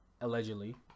allegedly